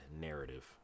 narrative